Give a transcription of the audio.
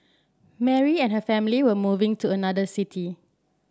Mary and her family were moving to another city